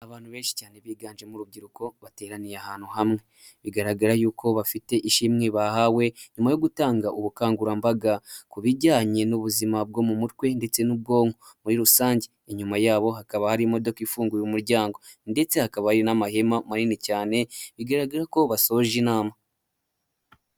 Abantu benshi cyane biganje mu rubyiruko bateraniye ahantu hamwe bigaragara yuko bafite ishimwe bahawe nyuma yo gutanga ubukangurambaga ku bijyanye n'ubuzima bwo mu mutwe ndetse n'ubwonko muri rusange. Inyuma yabo hakaba hari imodoka ifunguye umuryango ndetse hakaba n'amahema manini cyane bigaragara ko bashoje inama.